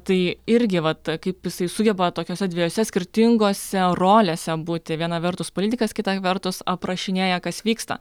tai irgi vat kaip jisai sugeba tokiose dviejose skirtingose rolėse būti viena vertus politikas kita vertus aprašinėja kas vyksta